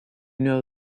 know